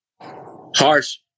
harsh